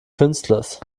künstlers